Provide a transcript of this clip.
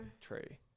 tree